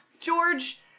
George